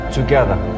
Together